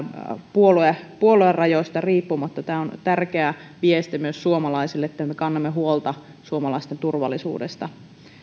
puoluerajoista riippumatta tämä on tärkeä viesti myös suomalaisille että kannamme huolta suomalaisten turvallisuudesta